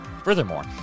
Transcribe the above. furthermore